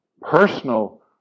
Personal